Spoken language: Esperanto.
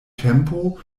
tempo